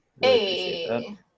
hey